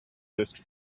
list